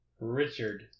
Richard